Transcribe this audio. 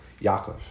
Yaakov